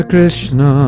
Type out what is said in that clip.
Krishna